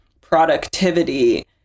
productivity